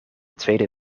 tweede